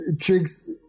tricks